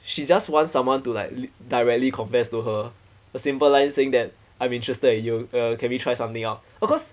she just want someone to like directly confess to her a simple line saying that I'm interested in you uh can we try something out oh cause